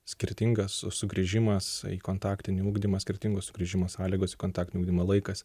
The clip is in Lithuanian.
skirtingas su sugrįžimas į kontaktinį ugdymą skirtingos grįžimo sąlygos į kontaktinį ugdymo laikas